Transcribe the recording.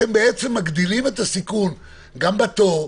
אתם מגדילים את הסיכון גם בתור,